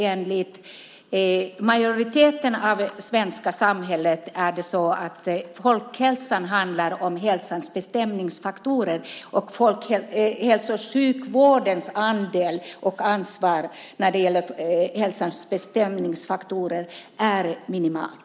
Enligt majoriteten i svenska samhället handlar folkhälsan om hälsans bestämningsfaktorer. Hälso och sjukvårdens andel och ansvar när det gäller hälsans bestämningsfaktorer är minimalt.